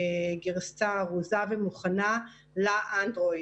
גרסה ארוזה ומוכנה לאנדרואיד.